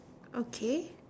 okay